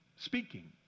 speaking